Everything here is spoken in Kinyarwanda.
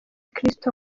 christo